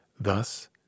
Thus